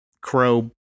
crow